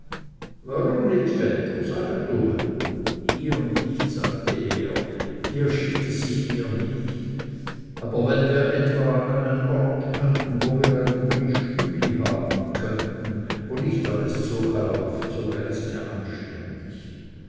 warum nit vetter saget ume hier nicht sagte er hier schickt es sich mir nicht aber wenn wir etwa an einen ort könnten wo wir ein rühig stübli haben könnten wo nit alles zuechelauft so wär es mir anständig